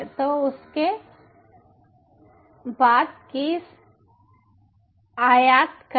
तो उसके बाद कीस आयात करें